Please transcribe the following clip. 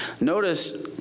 Notice